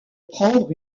prendre